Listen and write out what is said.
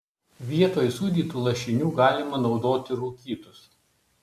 vietoj sūdytų lašinių galima naudoti rūkytus